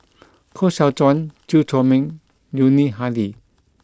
Koh Seow Chuan Chew Chor Meng Yuni Hadi